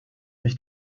mich